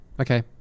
Okay